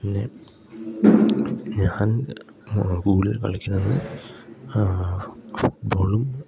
പിന്നെ ഞാൻ കൂടുതൽ കളിക്കുന്നത് ഫുട്ബോളും